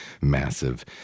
massive